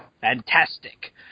Fantastic